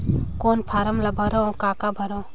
कौन फारम ला भरो और काका भरो?